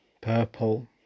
purple